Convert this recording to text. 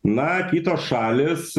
na kitos šalys